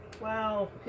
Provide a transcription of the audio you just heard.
Wow